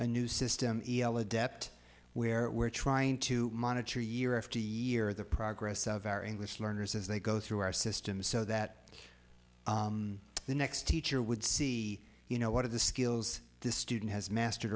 new system dept where we're trying to monitor year after year the progress of our english learners as they go through our system so that the next teacher would see you know what are the skills this student has mastered